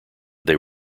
they